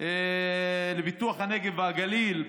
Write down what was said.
לפיתוח הנגב והגליל,